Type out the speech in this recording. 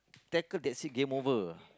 tackle that's it game over